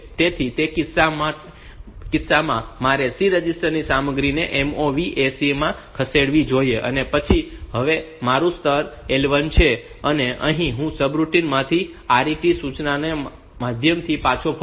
તેથી તે કિસ્સામાં મારે C રજિસ્ટર ની સામગ્રીને MOV AC માં ખસેડવી જોઈએ અને પછી અહીં મારું સ્તર L1 છે અને અહીં હું સબરૂટિન માંથી RET સૂચનાના માધ્યમથી પાછો ફરું છું